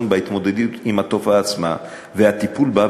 בהתמודדות עם התופעה עצמה והטיפול בה,